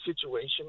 situation